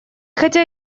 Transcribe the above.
хотя